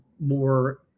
more